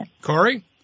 Corey